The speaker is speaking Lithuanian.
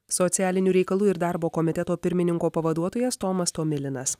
socialinių reikalų ir darbo komiteto pirmininko pavaduotojas tomas tomilinas